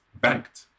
banked